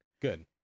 Good